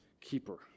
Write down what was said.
keeper